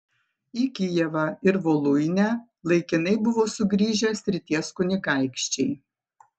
į kijevą ir voluinę laikinai buvo sugrįžę srities kunigaikščiai